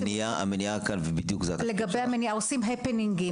אנחנו עושים הפנינג,